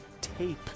tape